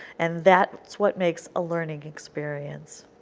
and that is what makes a learning experience.